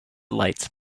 lights